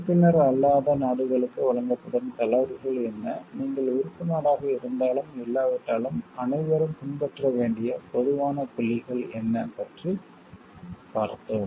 உறுப்பினர் அல்லாத நாடுகளுக்கு வழங்கப்படும் தளர்வுகள் என்ன நீங்கள் உறுப்பு நாடாக இருந்தாலும் இல்லாவிட்டாலும் அனைவரும் பின்பற்ற வேண்டிய பொதுவான புள்ளிகள் என்ன பற்றி பார்த்தோம்